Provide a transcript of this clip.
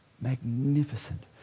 magnificent